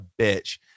bitch